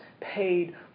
paid